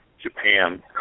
Japan